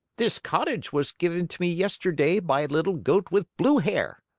this cottage was given to me yesterday by a little goat with blue hair.